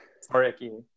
Sorry